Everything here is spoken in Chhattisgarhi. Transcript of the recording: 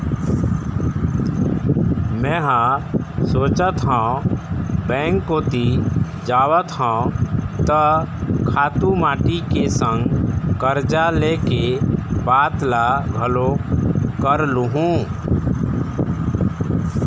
मेंहा सोचत हव बेंक कोती जावत हव त खातू माटी के संग करजा ले के बात ल घलोक कर लुहूँ